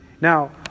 Now